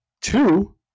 Two